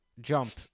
jump